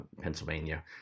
Pennsylvania